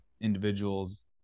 individuals